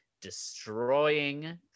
destroying